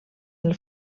del